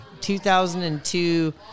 2002